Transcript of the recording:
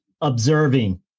observing